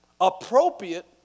Appropriate